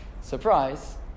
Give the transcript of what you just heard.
surprise